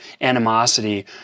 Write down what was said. animosity